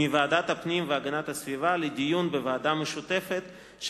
מוועדת הפנים והגנת הסביבה לדיון בוועדה משותפת של